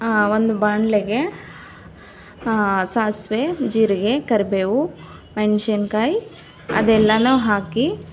ಒಂದು ಬಾಣ್ಲಿಗೆ ಸಾಸಿವೆ ಜೀರಿಗೆ ಕರಿಬೇವು ಮೆಣಸಿನ್ಕಾಯಿ ಅದೆಲ್ಲನೂ ಹಾಕಿ